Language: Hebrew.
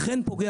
אכן פוגע